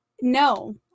No